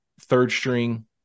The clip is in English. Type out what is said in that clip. third-string